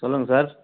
சொல்லுங்கள் சார்